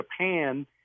Japan